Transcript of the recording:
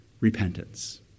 repentance